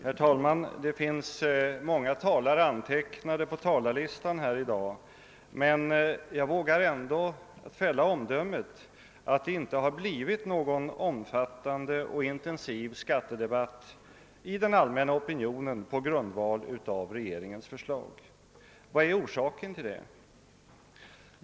Herr talman! Det finns många talare antecknade på talarlistan i dag, men jag vågar ändå fälla det omdömet att det inte har blivit någon omfattande och intensiv skattedebatt i den allmänna opinionen på grundval av regeringens förslag. Vad är orsaken härtill?